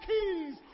keys